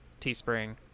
Teespring